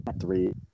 three